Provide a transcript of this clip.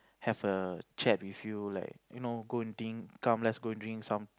have a chat with you like you know go eating come let's go drink some